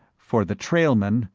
for the trailmen,